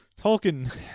Tolkien